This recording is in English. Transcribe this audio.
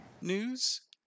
news